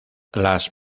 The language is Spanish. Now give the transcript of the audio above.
las